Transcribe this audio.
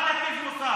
אל תטיף מוסר.